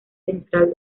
central